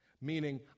Meaning